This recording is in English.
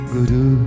Guru